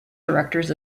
directors